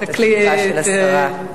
את התשובה של השרה.